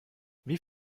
wie